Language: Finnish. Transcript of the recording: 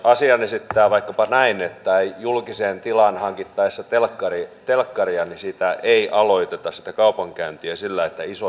asian voi esittää vaikkapa näin että julkiseen tilaan hankittaessa telkkaria sitä kaupankäyntiä ei aloiteta sillä että isoin mitä löytyy